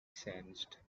sensed